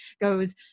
goes